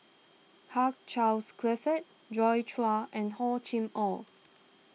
Hugh Charles Clifford Joi Chua and Hor Chim or